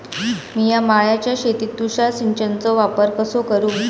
मिया माळ्याच्या शेतीत तुषार सिंचनचो वापर कसो करू?